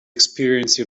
experience